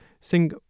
sing